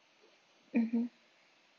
mmhmm